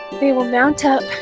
they will mount up